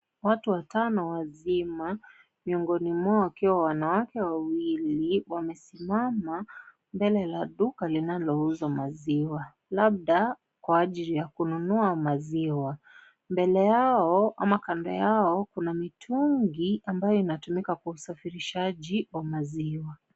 Watu watano wazima miongoni mwao wakiwa wanawake wawili wamesimama mbele la duka linalouza maziwa labda kwa ajili ya kununua maziwa, mbele yao ama kando yao kuna mitungi ambayo inatumika kwa usafirishaji wa maziwa.